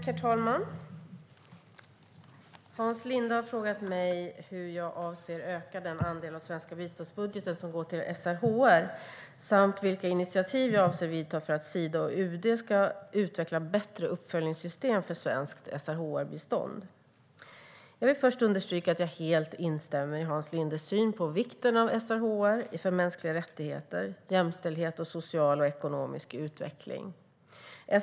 Herr talman! Hans Linde har frågat mig hur jag avser att öka den andel av den svenska biståndsbudgeten som går till SRHR samt vilka initiativ jag avser att vidta för att Sida och UD ska utveckla bättre uppföljningssystem för svenskt SRHR-bistånd. Jag vill först understryka att jag helt instämmer i Hans Lindes syn på vikten av SRHR för mänskliga rättigheter, jämställdhet och social och ekonomisk utveckling.